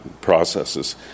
processes